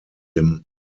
dem